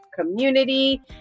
community